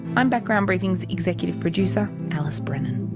i'm background briefing's executive producer, alice brennan.